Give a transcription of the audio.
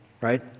right